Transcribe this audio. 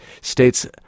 States